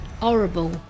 Horrible